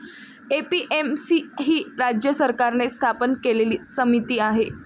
APMC ही राज्य सरकारने स्थापन केलेली समिती आहे